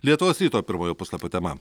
lietuvos ryto pirmojo puslapio tema